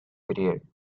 period